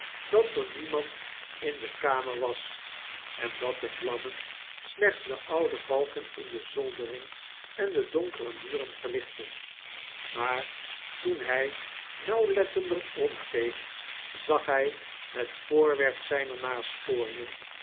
dat er niemand in de kamer was en dat de vlammen slechts de oude balken in de zoldering en de donkere muren verlichtte maar toen hij nauwlettender rondkeek zag hij het voorwerp zijner